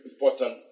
important